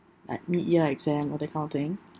at mid year exam or that kind of thing